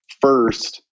first